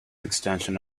extension